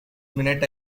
minute